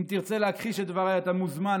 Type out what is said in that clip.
אם תרצה להכחיש את דבריי אתה מוזמן,